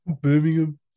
Birmingham